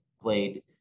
played